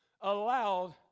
allowed